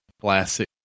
classic